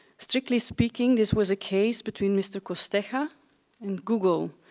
strictly speaking, this was a case between mr. costeja and google.